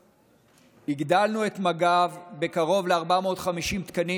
הגדלנו את מג"ב בקרוב ל-450 תקנים.